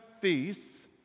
feasts